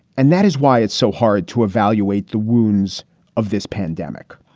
and that is why it's so hard to evaluate the wounds of this pandemic.